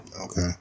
Okay